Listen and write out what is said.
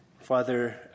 Father